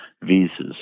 visas